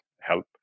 help